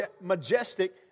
majestic